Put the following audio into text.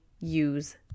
use